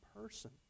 person